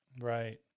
Right